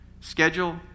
Schedule